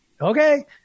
okay